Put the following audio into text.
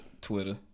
Twitter